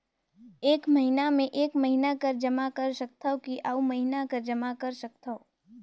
एक महीना मे एकई महीना कर जमा कर सकथव कि अउ महीना कर जमा कर सकथव?